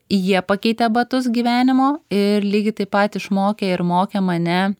jie pakeitė batus gyvenimo ir lygiai taip pat išmokė ir mokė mane